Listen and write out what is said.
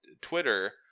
Twitter